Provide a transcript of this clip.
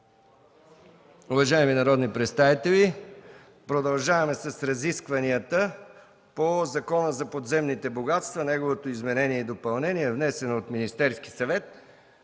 Уважаеми народни представители, продължаваме с разискванията по Закона за подземните богатства – неговото изменение и допълнение, внесен от Министерския съвет.